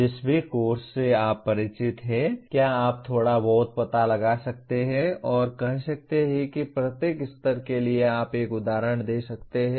जिस भी कोर्स से आप परिचित हैं क्या आप थोड़ा बहुत पता लगा सकते हैं और कह सकते हैं कि प्रत्येक स्तर के लिए आप एक उदाहरण दे सकते हैं